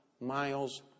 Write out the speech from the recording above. miles